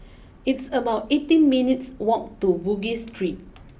it's about eighteen minutes walk to Bugis Street